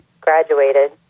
graduated